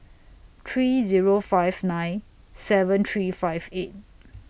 three Zero five nine seven three five eight